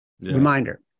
Reminder